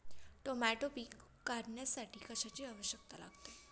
Tomato पीक काढण्यासाठी कशाची आवश्यकता लागते?